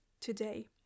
today